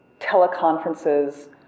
teleconferences